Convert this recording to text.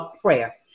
prayer